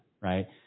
right